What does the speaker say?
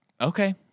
okay